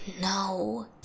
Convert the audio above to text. no